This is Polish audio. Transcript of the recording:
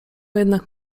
jednak